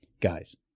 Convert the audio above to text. Guys